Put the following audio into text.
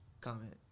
Comment